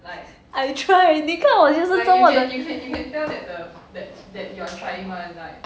I try 你看我就是这么的